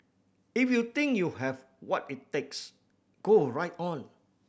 if you think you have what it takes go alright on